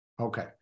Okay